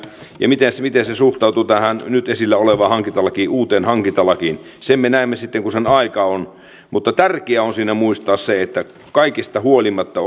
ja sitä miten se suhtautuu tähän nyt esillä olevaan uuteen hankintalakiin sen me näemme sitten kun sen aika on mutta tärkeää on siinä muistaa se että kaikesta huolimatta